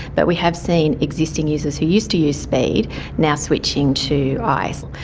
but we have seen existing users who used to use speed now switching to ice.